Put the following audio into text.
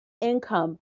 income